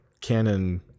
Canon